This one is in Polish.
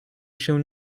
się